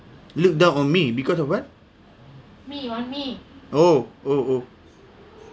look down on me because of what orh orh orh